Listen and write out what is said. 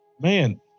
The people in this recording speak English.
man